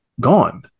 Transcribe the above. gone